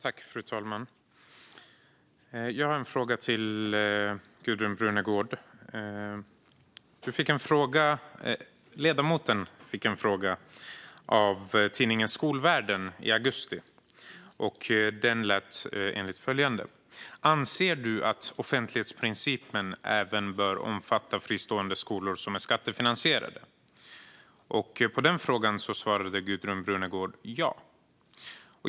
Fru talman! Jag har en fråga till Gudrun Brunegård. Ledamoten fick i augusti en fråga av tidningen Skolvärlden. Den lät så här: "Anser du att offentlighetsprincipen även bör omfatta fristående skolor som är skattefinansierade?" På denna fråga svarade Gudrun Brunegård ja.